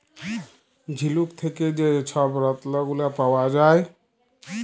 ঝিলুক থ্যাকে যে ছব রত্ল গুলা পাউয়া যায়